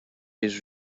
his